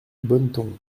bonneton